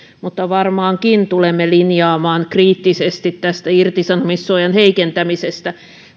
mutta varmaankin tulemme linjaamaan kriittisesti tästä irtisanomissuojan heikentämisestä